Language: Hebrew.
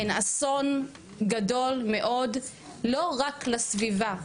הן אסון גדול מאוד לא רק לסביבה,